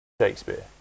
Shakespeare